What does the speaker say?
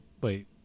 Wait